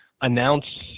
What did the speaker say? announce